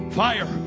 fire